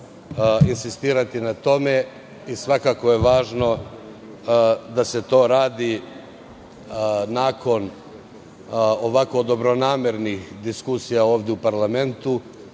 insistirati na tome i svakako je važno da se to radi nakon ovako dobronamernih diskusija ovde u parlamentu,